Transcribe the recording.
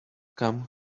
come